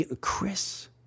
Chris